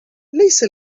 ليس